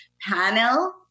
panel